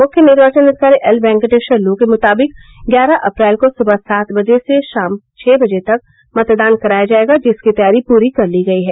मुख्य निर्वाचन अधिकारी एल वेंकटेश्वर लू के मृताबिक ग्यारह अप्रैल को सुबह सात बजे से शाम छः बजे तक मतदान कराया जायेगा जिसकी र्तैयारी पूरी कर ली गयी है